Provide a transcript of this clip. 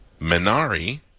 Minari